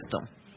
system